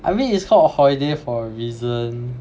I mean it's called a holiday for a reason